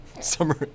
Summer